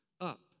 up